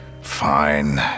Fine